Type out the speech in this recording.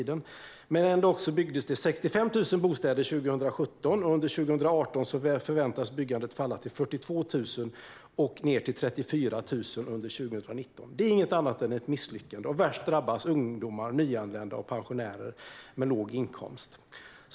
Det byggdes ändå 65 000 bostäder 2017, och under 2018 förväntas byggandet falla ned till 42 000 och ned till 34 000 under 2019. Det är inget annat än ett misslyckande. Värst drabbas ungdomar, nyanlända och pensionärer med låg inkomst.